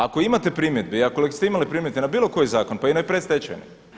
Ako imate primjedbe, i ako ste imali primjedbe na bilo koji zakon pa i na predstečajni.